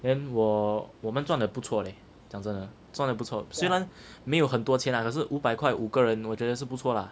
then 我我们赚得不错的讲真的赚得不错虽然没有很多钱啦可是五百块五个人我真的是不错啦